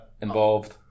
involved